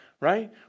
right